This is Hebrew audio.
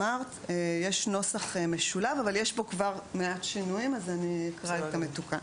יש נוסח משולב אבל יש פה כבר מעט שינויים אז אני אקרא את המתוקן.